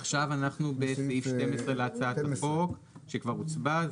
עכשיו אנחנו בסעיף 12 להצעת החוק שכבר הוצבע,